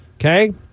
okay